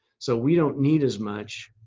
so we don't need as much